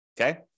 okay